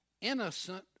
innocent